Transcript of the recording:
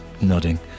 nodding